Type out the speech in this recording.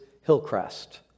Hillcrest